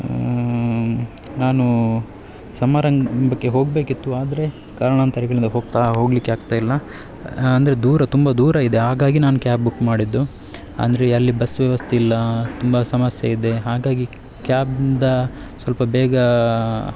ನಾನೂ ಸಮಾರಂಭಕ್ಕೆ ಹೋಗ್ಬೇಕಿತ್ತು ಆದರೆ ಕಾರಣಾಂತರಗಳಿಂದ ಹೋಗ್ತಾ ಹೋಗಲಿಕ್ಕೆ ಆಗ್ತಾಯಿಲ್ಲ ಅಂದರೆ ದೂರ ತುಂಬ ದೂರ ಇದೆ ಹಾಗಾಗಿ ನಾನು ಕ್ಯಾಬ್ ಬುಕ್ ಮಾಡಿದ್ದು ಅಂದರೆ ಅಲ್ಲಿ ಬಸ್ ವ್ಯವಸ್ಥೆ ಇಲ್ಲ ತುಂಬಾ ಸಮಸ್ಯೆ ಇದೆ ಹಾಗಾಗಿ ಕ್ಯಾಬ್ನಿಂದ ಸ್ವಲ್ಪ ಬೇಗ